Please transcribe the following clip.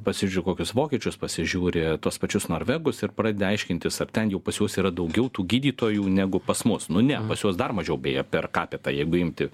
pasižiū į kokius vokiečius pasižiūri tuos pačius norvegus ir pradedi aiškintis ar ten jau pas juos yra daugiau tų gydytojų negu pas mus nu ne pas juos dar mažiau beje per capita jeigu imti